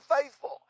faithful